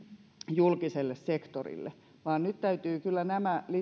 julkiselle sektorille vaan nyt täytyy kyllä nämä